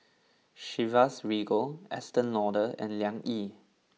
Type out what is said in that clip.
Chivas Regal Estee Lauder and Liang Yi